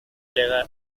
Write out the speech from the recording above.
ilegal